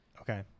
Okay